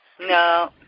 No